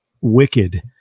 wicked